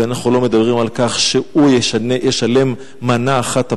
ואנחנו לא מדברים על כך שהוא ישלם מנה אחת אפיים,